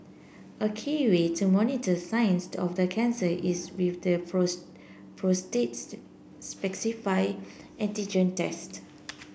a key way to monitor signs the of the cancer is with the prostates specific antigen test